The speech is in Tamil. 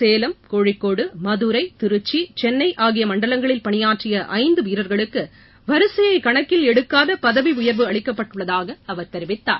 சேலம் கோழிக்கோடு மதுரை திருச்சி சென்னை ஆகிய மண்டலங்களில் பணியாற்றிய ஐந்து வீரர்களுக்கு வரிசையை கணக்கில் எடுக்காத பதவி உயர்வு அளிக்கப்பட்டுள்ளதாக அவர் தெரிவித்தார்